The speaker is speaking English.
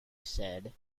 said